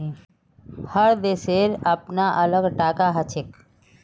हर देशेर अपनार अलग टाका हछेक